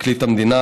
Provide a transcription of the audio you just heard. לפרקליט המדינה,